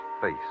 face